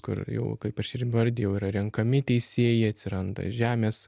kur jau kaip aš ir įvardijau yra renkami teisėjai atsiranda žemės